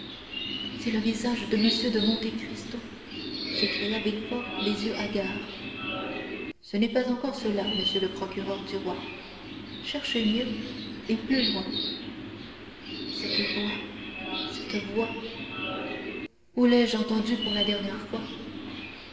c'est le visage de m de monte cristo s'écria villefort les yeux hagards ce n'est pas encore cela monsieur le procureur du roi cherchez mieux et plus loin cette voix cette voix où l'ai-je entendue pour la première fois